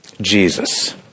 Jesus